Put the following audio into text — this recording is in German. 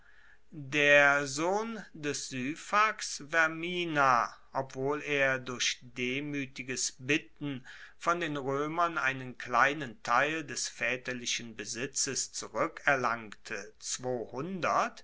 der sohn des syphax vermina obwohl er durch demuetiges bitten von den roemern einen kleinen teil des vaeterlichen besitzes zurueckerlangte